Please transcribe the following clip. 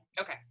okay